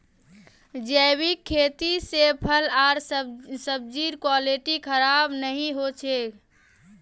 जैविक खेती से फल आर सब्जिर क्वालिटी खराब नहीं हो छे